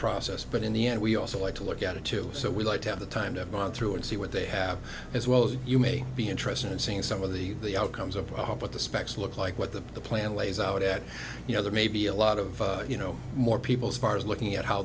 process but in the end we also like to look at it too so we like to have the time to have gone through and see what they have as well as you may be interested in seeing some of the the outcomes of what the specs look like what the plan lays out at the other maybe a lot of you know more people as far as looking at how